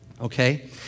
Okay